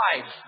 life